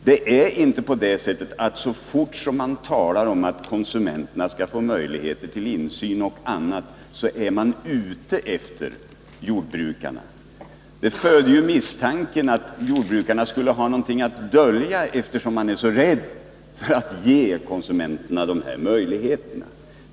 Det är inte på det sättet att man, så fort man talar om att konsumenterna skall få möjlighet till insyn och annat, är ute efter jordbrukarna. Det föder ju misstanken att jordbrukarna skulle ha någonting att dölja, när man är så rädd för att ge konsumenterna den här möjligheten.